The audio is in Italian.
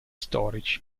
storici